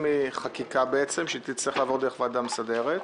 מחקיקה שתצטרך לעבור דרך ועדה מסדרת.